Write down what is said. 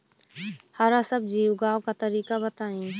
हरा सब्जी उगाव का तरीका बताई?